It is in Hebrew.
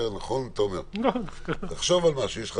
רק עדיין לא העבירו לוועדה את התקנות.